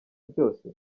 byose